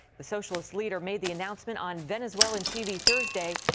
the socialist leader made the announcement on venezuelan tv thursday.